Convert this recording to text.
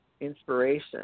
inspiration